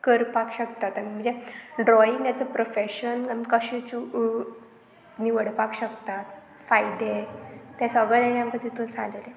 करपाक शकतात आमी म्हणजे ड्रॉइंग एज अ प्रोफेशन आमकां कशें निवडपाक शकतात फायदे तें सगळे जाणें आमकां तितून सांगलेलें